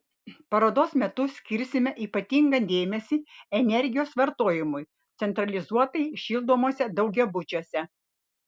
parodos metu skirsime ypatingą dėmesį energijos vartojimui centralizuotai šildomuose daugiabučiuose